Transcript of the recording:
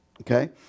Okay